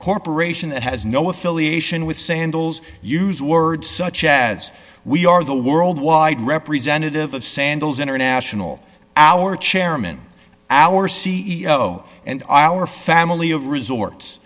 corporation has no affiliation with sandals use words such as we are the world wide representative of sandals international our chairman our c e o and i our family of resorts